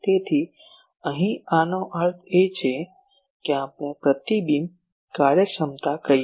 તેથી અહીં આનો અર્થ એ છે કે આપણે પ્રતિબિંબ કાર્યક્ષમતા કહી શકીએ